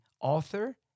author